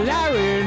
Larry